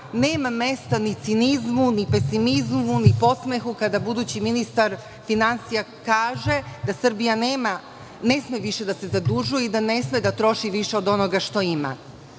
nema mesta ni cinizmu, ni pesimizmu, ni podsmehu kada budući ministar finansija kaže da Srbija ne sme više da se zadužuje i da ne sme da troši više od onoga što